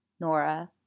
Nora